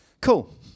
Cool